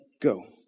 go